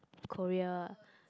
Korea